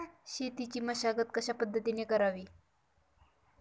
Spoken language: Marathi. शेतीची मशागत कशापद्धतीने करावी?